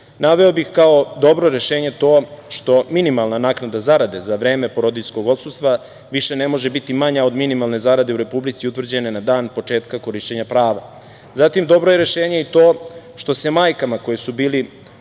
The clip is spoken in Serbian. Naveo bih kao dobro rešenje to što minimalna naknada zarade za vreme porodiljskog odsustva više ne može biti manja od minimalne zarade u Republici utvrđene na dan početka korišćenja prava. Zatim, dobro je rešenje i to što majke koje su bile